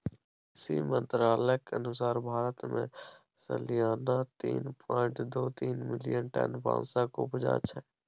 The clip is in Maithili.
कृषि मंत्रालयक अनुसार भारत मे सलियाना तीन पाँइट दु तीन मिलियन टन बाँसक उपजा छै